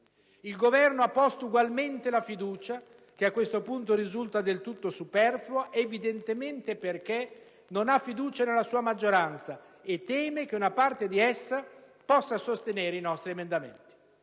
Il Governo ha posto ugualmente la questione di fiducia, che a questo punto risulta del tutto superflua, evidentemente perché non ha fiducia nella sua maggioranza e teme che una parte di essa possa sostenere i nostri emendamenti;